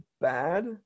bad